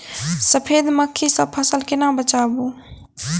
सफेद मक्खी सँ फसल केना बचाऊ?